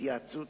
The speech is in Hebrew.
התייעצות